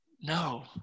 no